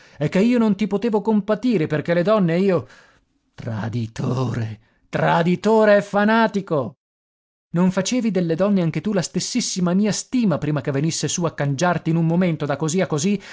e che io non ti potevo compatire perché le donne io traditore traditore e fanatico non facevi delle donne anche tu la stessissima mia stima prima che venisse su a cangiarti in un momento da così a così